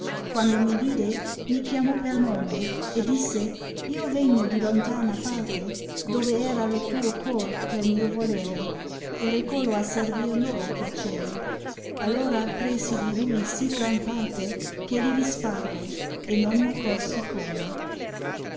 chino quaodo'mi vide mi chiamò per nome e disse io tegno di lontana parte dove era lo tuo cor per mio volere recolo a servir novo piacere allora presi di lui sì gran parte gh egli disparve e non m accora come